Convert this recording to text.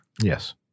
Yes